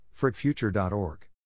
FrickFuture.org